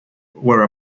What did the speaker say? were